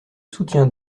soutiens